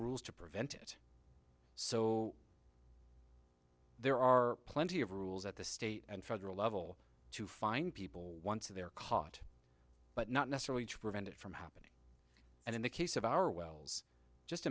rules to prevent it so there are plenty of rules at the state and federal level to fine people once they're caught but not necessarily to prevent it from happening and in the case of our wells just